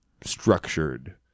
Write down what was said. structured